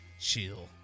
chill